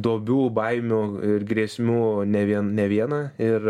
duobių baimių ir grėsmių ne vien ne vieną ir